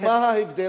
מה ההבדל?